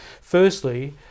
Firstly